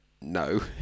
no